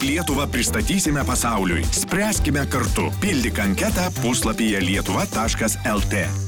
lietuvą pristatysime pasauliui spręskime kartu pildyk anketą puslapyje lietuva taškas lt